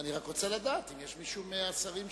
אני רוצה לדעת אם יש מישהו מהשרים.